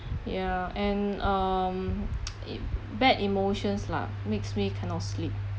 ya and um it bad emotions lah makes me cannot sleep